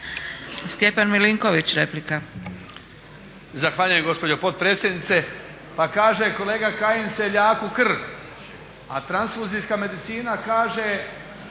Stjepan Milinković, replika.